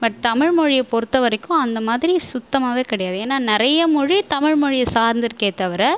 but தமிழ்மொழியை பொறுத்தவரைக்கும் அந்தமாதிரி சுத்தமாகவே கிடையாது ஏன்னா நிறைய மொழி தமிழ் மொழியை சார்ந்துருக்கே தவிர